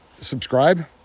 subscribe